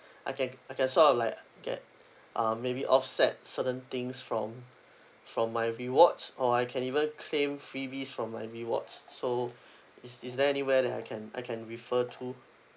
I can I can sort of like get uh maybe offset certain things from from my rewards or I can even claim freebies from my rewards so is is there any way that I can I can refer to